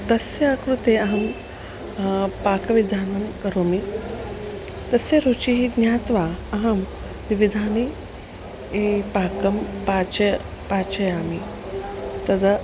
तस्य कृते अहं पाकविधानं करोमि तस्य रुचिः ज्ञात्वा अहं विविधानि पाकं पाकं पाचयामि तदा